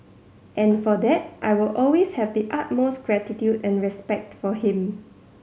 and for that I will always have the utmost gratitude and respect for him